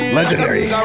Legendary